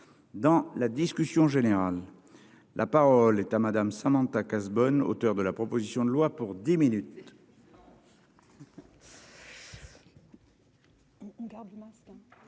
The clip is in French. dans la discussion générale, la parole est à Madame Samantha Cazebonne, auteur de la proposition de loi pour 10 minutes. Garde l'immense